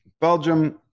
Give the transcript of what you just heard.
Belgium